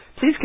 please